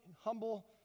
humble